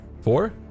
Four